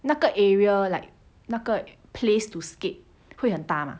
那个 area like 那个 place to skate 会很大吗